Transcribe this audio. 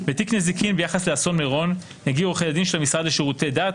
בתיק נזיקין ביחס לאסון מירון יגיעו עורכי הדין של המשרד לשירותי דת,